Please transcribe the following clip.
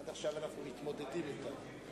עד עכשיו אנחנו מתמודדים אתה.